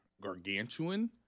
gargantuan